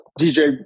DJ